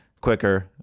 quicker